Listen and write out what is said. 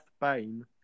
Bane